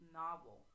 novel